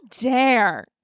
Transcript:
dare